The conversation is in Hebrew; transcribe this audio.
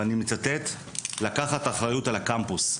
ואני מצטט: "לקחת אחריות על הקמפוס".